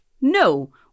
no